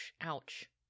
ouch